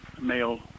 male